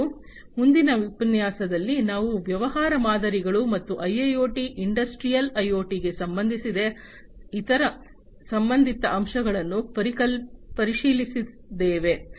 ಮತ್ತು ಮುಂದಿನ ಉಪನ್ಯಾಸದಲ್ಲಿ ನಾವು ವ್ಯವಹಾರ ಮಾದರಿಗಳು ಮತ್ತು ಐಐಒಟಿ ಇಂಡಸ್ಟ್ರಿಯಲ್ ಐಒಟಿಗೆ ಸಂಬಂಧಿಸಿದ ಇತರ ಸಂಬಂಧಿತ ಅಂಶಗಳನ್ನು ಪರಿಶೀಲಿಸಲಿದ್ದೇವೆ